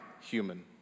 human